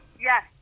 Yes